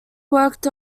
worked